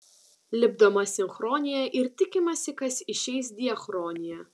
lipdoma sinchronija ir tikimasi kas išeis diachronija